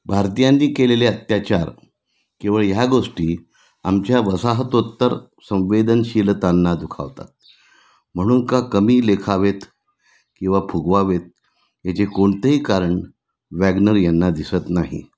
भारतीयांनी केलेले अत्याचार केवळ ह्या गोष्टी आमच्या वसाहतोत्तर संवेदनशीलतांना दुखावतात म्हणून का कमी लेखावेत किंवा फुगवावेत याचे कोणतेही कारण व्यॅग्नर यांना दिसत नाही